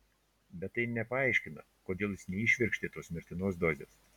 bet tai nepaaiškina kodėl jis neįšvirkštė tos mirtinos dozės